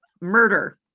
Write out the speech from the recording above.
murder